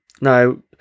No